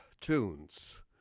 tunes